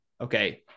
okay